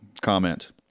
comment